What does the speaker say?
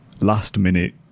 last-minute